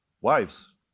Wives